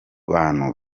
bantu